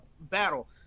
battle